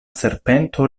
serpento